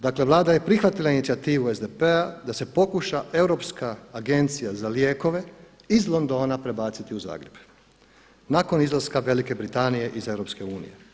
Dakle Vlada je prihvatila inicijativu SDP-a da se pokuša Europska agencija za lijekove iz Londona prebaciti u Zagreb, nakon izlaska Velike Britanije iz EU.